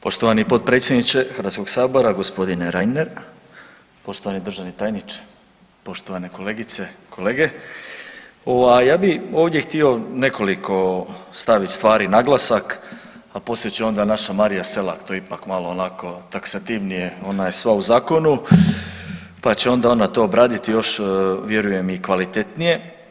Poštovani potpredsjedniče Hrvatskog sabora gospodine Reiner, poštovani državni tajniče, poštovane kolegice, kolege, ovaj ja bi ovdje htio nekoliko stavit stvari naglasak, a poslije će onda naša Marija Selak to ipak malo onako taksativnije ona je sva u zakona pa će onda ona to obratiti još vjerujem i kvalitetnije.